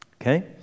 okay